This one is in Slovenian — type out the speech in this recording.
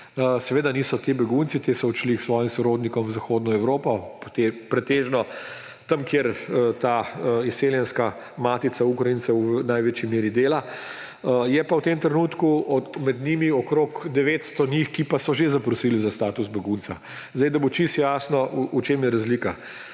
seveda niso to begunci, ti so odšli k svojim sorodnikom v Zahodno Evropo, pretežno tja, kjer ta izseljenska matica Ukrajincev v največji meri dela. Je pa v tem trenutku med njimi okoli 900 njih, ki pa so že zaprosili za status begunca. Zdaj, da bo čisto jasno, v čem je razlika.